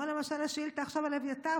למשל השאילתה עכשיו על אביתר,